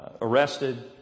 arrested